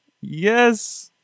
Yes